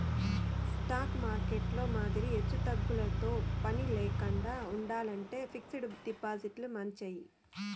stock మార్కెట్టులో మాదిరి ఎచ్చుతగ్గులతో పనిలేకండా ఉండాలంటే ఫిక్స్డ్ డిపాజిట్లు మంచియి